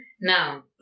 Now